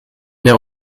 der